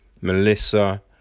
Melissa